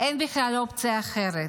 אין בכלל אופציה אחרת.